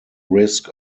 risk